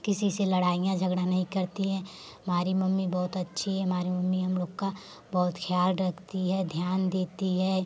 किसी से लड़ाईयाँ झगड़ा नहीं करती हैं हमारी मम्मी बहुत अच्छी है हमारी मम्मी हम लोग का बहुत ख्याल रखती है ध्यान देती है